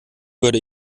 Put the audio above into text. würde